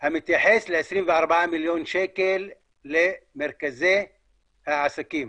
המתייחס ל-24 מיליון שקל למרכזי העסקים.